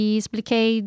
expliquei